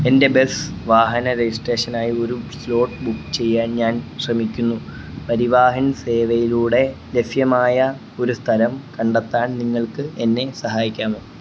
എൻറ്റെ ബെസ് വാഹന രജിസ്ട്രേഷനായി ഒരു സ്ലോട്ട് ബുക്ക് ചെയ്യാൻ ഞാൻ ശ്രമിക്കുന്നു പരിവാഹൻ സേവയിലൂടെ ലഭ്യമായ ഒരു സ്ഥലം കണ്ടെത്താൻ നിങ്ങൾക്ക് എന്നെ സഹായിക്കാമോ